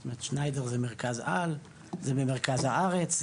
זאת אומרת שניידר, זה מרכז על במרכז הארץ.